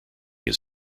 his